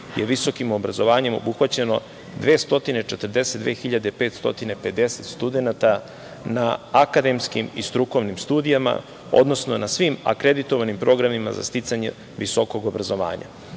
je visokim obrazovanjem obuhvaćeno 242 hiljade 550 studenata na akademskim i strukovnim studijama, odnosno na svim akreditovanim programima za sticanje visokog obrazovanja.